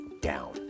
down